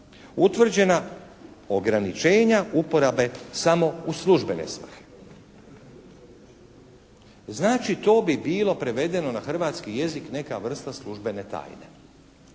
utvrđena ograničenja uporabe samo u službene svrhe. Znači, to bi bilo prevedeno na hrvatski jezik neka vrsta službene tajne